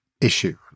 issue